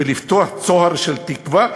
ולפתוח צוהר של תקווה,